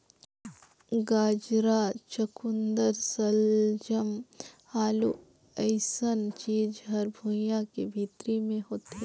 गाजरा, चकुंदर सलजम, आलू अइसन चीज हर भुइंयां के भीतरी मे होथे